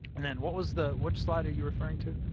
and then what was the which slide are you referring to?